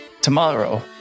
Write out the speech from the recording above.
tomorrow